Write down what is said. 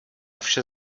vše